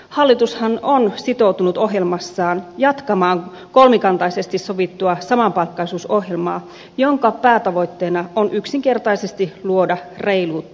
hallitushan on sitoutunut ohjelmassaan jatkamaan kolmikantaisesti sovittua samapalkkaisuusohjelmaa jonka päätavoitteena on yksinkertaisesti luoda reiluutta työelämään